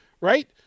Right